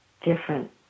different